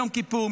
יום כיפור,